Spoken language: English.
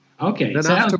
Okay